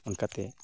ᱚᱱᱠᱟᱛᱮ